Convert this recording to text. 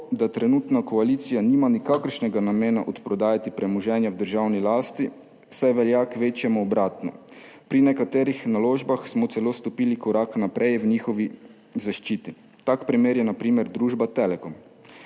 da trenutna koalicija nima nikakršnega namena odprodajati premoženja v državni lasti, saj velja kvečjemu obratno. Pri nekaterih naložbah smo celo stopili korak naprej k njihovi zaščiti, tak primer je na primer družba Telekom.